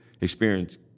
experience